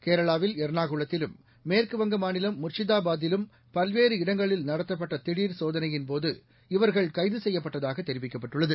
கேரளாவில் எர்ணாகுளத்திலும் மேற்கு வங்க மாநிலம் முர்ஷிதாபாதிலும் பல்வேறு இடங்களில் நடத்தப்பட்ட திடர் சோதனையின்போது இவர்கள் கைது செய்யப்பட்டதாக தெரிவிக்கப்பட்டுள்ளது